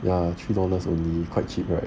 ya three dollars only quite cheap right